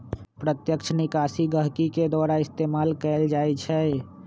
प्रत्यक्ष निकासी गहकी के द्वारा इस्तेमाल कएल जाई छई